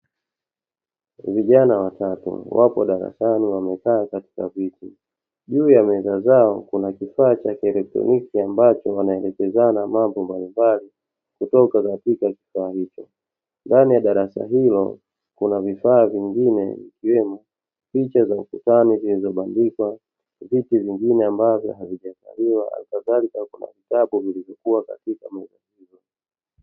Vijana watatu wako darasani wamekaa katika viti juu ya meza zao kuna kifaa cha kielektroniki ambacho wanaelekezana mambo mbalimbali kutoka katika kifaa hicho. Ndani ya darasa hilo kuna vifaa vingine ikiwemo picha za ukutani zilizobandikwa, viti vingine ambavyo havijakaliwa nakadhalika kuna vitabu vilivyokua katika.